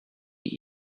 die